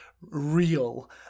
real